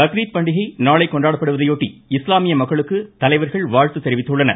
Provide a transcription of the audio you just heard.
பக்ரீத் பண்டிகை நாளை கொண்டாடப்படுவதை ஒட்டி இஸ்லாமிய மக்களுக்கு தலைவர்கள் வாழ்த்து தெரிவித்துள்ளனர்